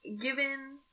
given